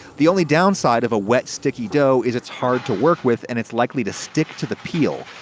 the only downside of a wet, sticky dough is it's hard to work with, and it's likely to stick to the peel.